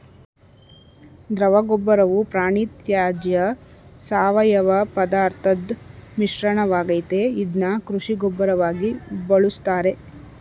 ದ್ರವಗೊಬ್ಬರವು ಪ್ರಾಣಿತ್ಯಾಜ್ಯ ಸಾವಯವಪದಾರ್ಥದ್ ಮಿಶ್ರಣವಾಗಯ್ತೆ ಇದ್ನ ಕೃಷಿ ಗೊಬ್ಬರವಾಗಿ ಬಳುಸ್ತಾರೆ